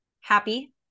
happy